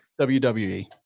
WWE